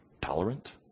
Tolerant